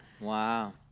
Wow